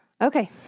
Okay